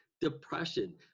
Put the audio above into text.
depression